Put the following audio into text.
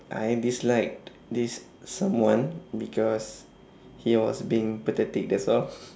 I disliked this someone because he was being pathetic that's all